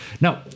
Now